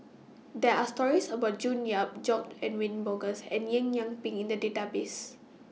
There Are stories about June Yap George Edwin Bogaars and Eng Yee Peng in The Database